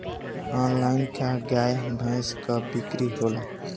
Online का गाय भैंस क बिक्री होला?